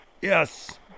Yes